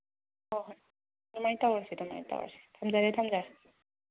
ꯍꯣꯏ ꯍꯣꯏ ꯑꯗꯨꯃꯥꯏꯅ ꯇꯧꯔꯁꯤ ꯑꯗꯨꯃꯥꯏꯅ ꯇꯧꯔꯁꯤ ꯊꯝꯖꯔꯦ ꯊꯝꯖꯔꯦ